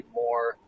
more